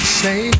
say